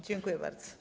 Dziękuję bardzo.